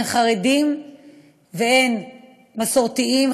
אין חרדים ואין מסורתיים,